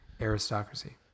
aristocracy